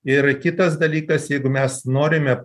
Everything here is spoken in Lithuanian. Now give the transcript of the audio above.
ir kitas dalykas jeigu mes norime